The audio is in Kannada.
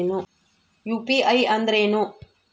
ಯು.ಪಿ.ಐ ಅಂದ್ರೇನು?